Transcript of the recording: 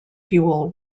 fuel